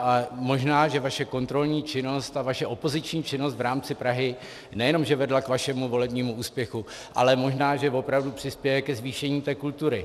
A možná že vaše kontrolní činnost a vaše opoziční činnost v rámci Prahy nejenom že vedla k vašemu volebnímu úspěchu, ale možná že opravdu přispěje ke zvýšení kultury.